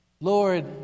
Lord